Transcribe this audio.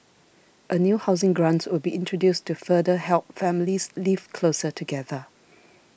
a new housing grant will be introduced to further help families live closer together